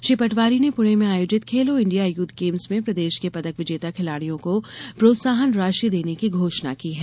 श्री पटवारी ने पुणे में आयोजित खेलो इंडिया यूथ गेम्स मे प्रदेश के पदक विजेता खिलाड़ियों को प्रोत्साहन राशि देने की घोषणा की है